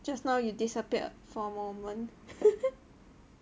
just now you disappeared for a moment